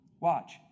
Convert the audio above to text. Watch